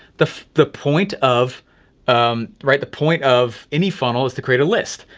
the the point of um right, the point of any funnel is to create a list,